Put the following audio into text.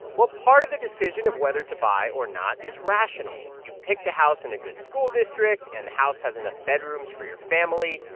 what part of the decision of whether to buy or not is rational? you picked a house in a good school district. and the house has enough bedrooms for your family.